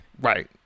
right